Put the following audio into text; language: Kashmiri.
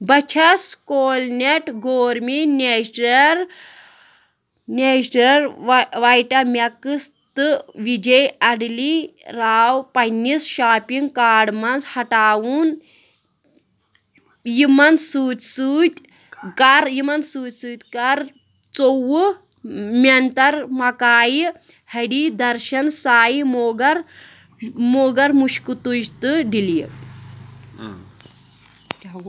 بہٕ چھَس کولنیٚٹ گورمی نیچرل نیچرل ویٹا میکٕس تہٕ وِجے اڈلی راو پنِنس شاپنگ کارڈٕ منٛز ہٹاوُن یِمن سۭتۍ سۭتۍ کَر یِمن سۭتۍ سۭتۍ کر ژوٚوُہ مینٛتر مکایہِ، ۂری درشن سایہِ موگر موگر مُشکہِ تُج تہٕ ڈیلیٖٹ